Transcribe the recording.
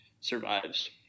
survives